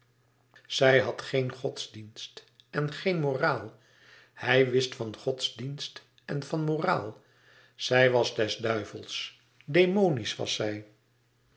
zij had geen godsdienst en geen moraal hij wist van godsdienst en van moraal zij was des duivels demonisch was zij